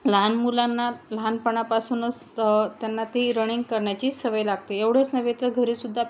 लहान मुलांना लहानपणापासूनच त्यांना ती रणिंग करण्याची सवय लागते एवढेच नव्हे तर घरीसुद्धा